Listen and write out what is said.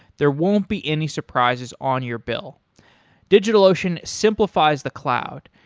there won't be any surprises on your bill digitalocean simplifies the cloud.